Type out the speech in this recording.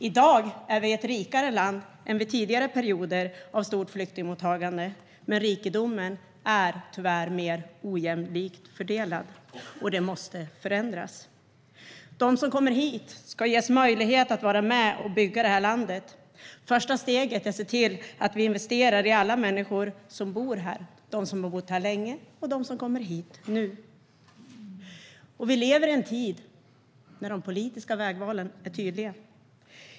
I dag är vi ett rikare land än vid tidigare perioder av stort flyktingmottagande, men rikedomen är tyvärr mer ojämlikt fördelad. Det måste förändras. De som kommer hit ska ges möjlighet att vara med och bygga landet. Första steget är att se till att vi investerar i alla människor som bor här, de som har bott här länge och de som kommer hit nu. Vi lever i en tid när de politiska vägvalen är tydliga.